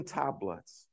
tablets